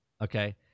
okay